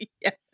Yes